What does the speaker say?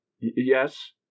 Yes